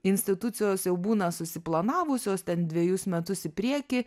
institucijos jau būna susiplanavusios ten dvejus metus į priekį